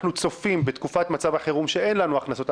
אנחנו צופים שבתקופת מצב החירום אין לנו הכנסות.